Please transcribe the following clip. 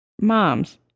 mom's